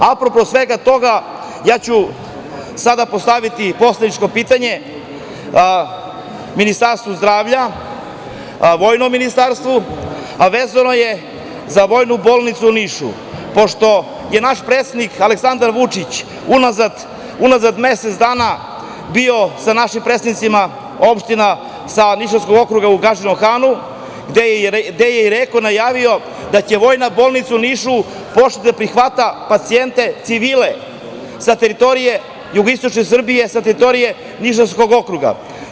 Apropo svega toga ja ću sada postavi poslaničko pitanje Ministarstvu zdravlja, vojnom ministarstvu, a vezano je za Vojnu bolnicu u Nišu, pošto je naš predsednik Aleksandar Vučić unazad mesec dana bio sa našim predstavnicima opština sa Nišavskog okruga u Gadžinom Hanu gde je i rekao, najavio da će Vojna bolnica u Nišu početi da prihvata pacijente civile sa teritorije Jugoistočne Srbije, sa teritorije Nišavskog okruga.